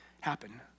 happen